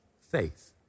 faith